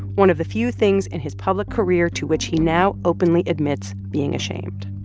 one of the few things in his public career to which he now openly admits being ashamed.